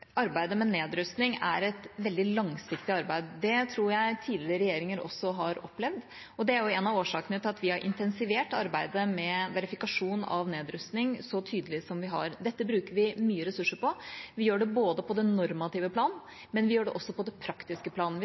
Arbeidet med nedrustning er et veldig langsiktig arbeid – det tror jeg tidligere regjeringer også har opplevd – og det er en av årsakene til at vi har intensivert arbeidet med verifikasjon av nedrustning så tydelig som vi har. Dette bruker vi mye ressurser på. Vi gjør det på det normative plan, men vi gjør det også på det praktiske plan. Vi